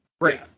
great